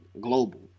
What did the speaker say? global